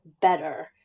better